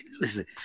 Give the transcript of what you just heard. Listen